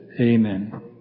Amen